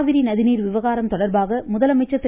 காவிரி நதி நீர் விவகாரம் தொடர்பாக முதலமைச்சர் திரு